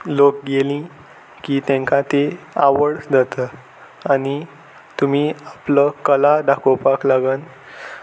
लोक गेली की तांकां ती आवड जाता आनी तुमी आपलो कला दाखोवपाक लागून